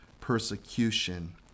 persecution